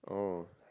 oh